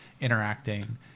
interacting